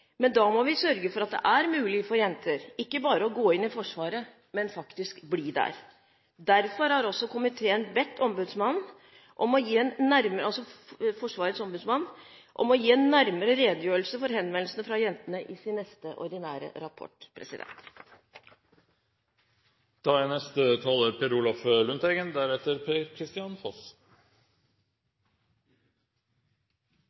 Men da må vi sørge for at det er mulig for jenter, ikke bare å gå inn i Forsvaret, men faktisk å bli der. Derfor har komiteen også bedt Forsvarets ombudsmann om å gi en nærmere redegjørelse for henvendelsene fra jentene i sin neste ordinære rapport.